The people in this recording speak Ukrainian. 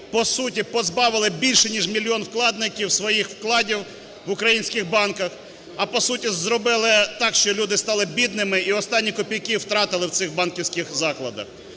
по суті, позбавили більше ніж мільйон вкладників своїх вкладів в українських банках, а, по суті, зробили так, що люди стали бідними і останні копійки втратили в цих банківських закладах.